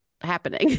happening